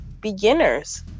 beginners